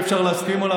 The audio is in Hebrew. שאי-אפשר להסכים עליו,